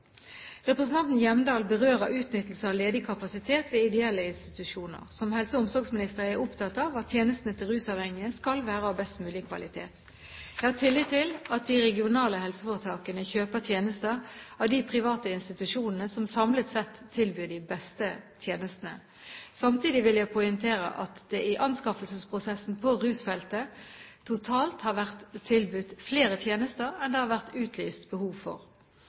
Representanten Hjemdal berører utnyttelse av ledig kapasitet ved ideelle institusjoner. Som helse- og omsorgsminister er jeg opptatt av at tjenestene til rusavhengige skal være av best mulig kvalitet. Jeg har tillit til at de regionale helseforetakene kjøper tjenester av de private institusjonene som samlet sett tilbyr de beste tjenestene. Samtidig vil jeg poengtere at det i anskaffelsesprosessene på rusfeltet totalt har vært tilbudt flere tjenester enn det har vært utlyst behov for.